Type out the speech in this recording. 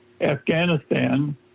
Afghanistan